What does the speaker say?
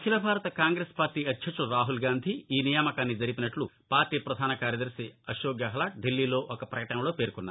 అఖిల భారత కాంగ్రెస్ పార్టీ అధ్యక్షులు రాహుల్గాంధీ ఈ నియామకాన్ని జరిపినట్లు పార్టీ ప్రధాన కార్యదర్శి అశోక్గెహ్లాట్ ఢిల్లీలో ఒక పకటనలో పేర్కొన్నారు